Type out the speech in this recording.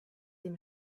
dem